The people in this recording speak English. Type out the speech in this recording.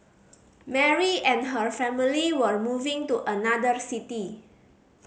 Mary and her family were moving to another city